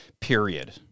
period